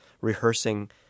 rehearsing